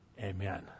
amen